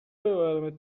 ببرمت